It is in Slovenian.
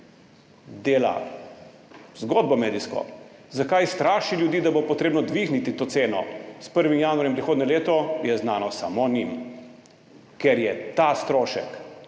tega dela medijsko zgodbo? Zakaj straši ljudi, da bo potrebno dvigniti to ceno s 1. januarjem prihodnje leto, je znano samo njim, ker je ta strošek